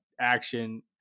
action